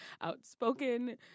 outspoken